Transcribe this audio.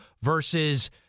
versus